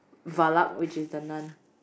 Valak which is the nun